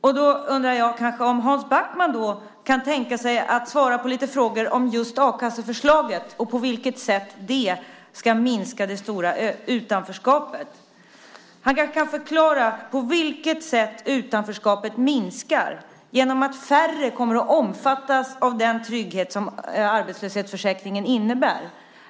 Jag undrar om Hans Backman kan tänka sig att svara på lite frågor om just a-kasseförslaget och på vilket sätt som det ska minska det stora utanförskapet. Han kanske kan förklara på vilket sätt utanförskapet minskar genom att färre kommer att omfattas av den trygghet som arbetslöshetsförsäkringen innebär.